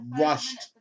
rushed